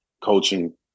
coaching